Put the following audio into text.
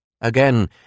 Again